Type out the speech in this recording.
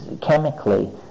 chemically